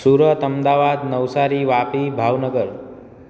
Surat Ahmedabad Navsari Vapi Bhavnagar